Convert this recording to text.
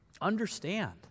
understand